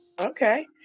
Okay